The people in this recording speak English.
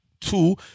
Two